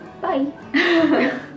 bye